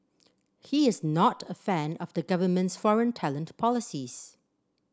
he is not a fan of the government's foreign talent policies